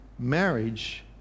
Marriage